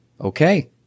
okay